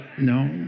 No